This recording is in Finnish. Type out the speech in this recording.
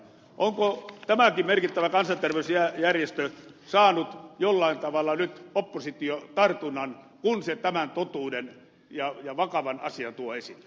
onko tämäkin merkittävä kansanterveysjärjestö saanut jollain tavalla nyt oppositiotartunnan kun se tämän totuuden ja vakavan asian tuo esille